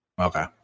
Okay